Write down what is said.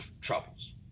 troubles